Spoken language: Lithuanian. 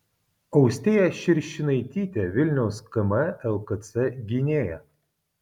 austėja širšinaitytė vilniaus km lkc gynėja